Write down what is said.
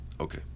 Okay